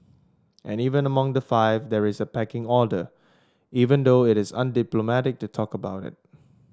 and even among the five there is a pecking order even though it is undiplomatic to talk about it